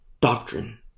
doctrine